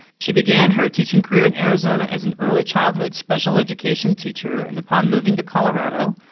she began her teaching career in arizona as an early childhood special education teacher, and upon moving to colorado,